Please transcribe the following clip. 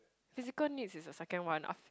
physical needs is the second one ah